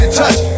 touch